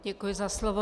Děkuji za slovo.